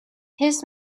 his